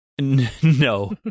No